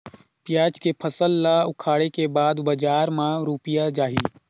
पियाज के फसल ला उखाड़े के बाद बजार मा रुपिया जाही?